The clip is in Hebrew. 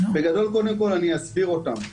בגדול קודם כל אני אסביר אותם.